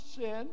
sin